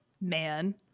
Man